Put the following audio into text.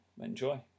Enjoy